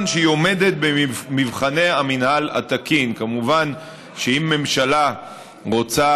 שהיא עומדת במבחני המינהל התקין: כמובן שאם ממשלה רוצה